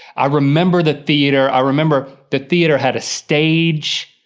i remember the theater, i remember the theater had a stage.